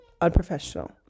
unprofessional